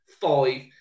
five